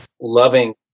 loving